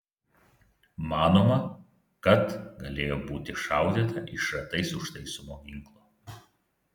manoma kad galėjo būti šaudyta iš šratais užtaisomo ginklo